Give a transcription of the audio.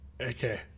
Okay